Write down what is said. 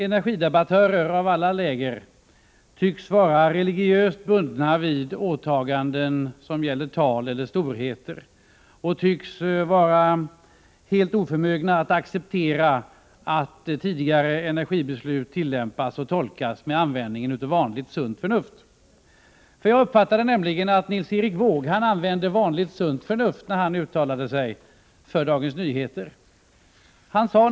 Energidebattörer i alla läger tycks nämligen vara religiöst bundna vid åtaganden som gäller tal eller storheter och tycks vara helt oförmögna att acceptera att tidigare energibeslut tillämpas och tolkas med användningen av vanligt sunt förnuft. Jag uppfattade att Nils Erik Wååg använde vanligt sunt förnuft när han uttalade sig för Dagens Nyheter i förra veckan.